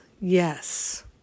Yes